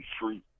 free